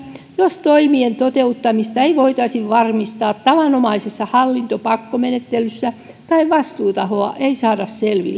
jos toimien toteuttamista ei voitaisi varmistaa tavanomaisessa hallintopakkomenettelyssä tai vastuutahoa ei saada selville